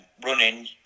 running